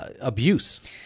abuse